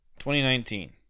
2019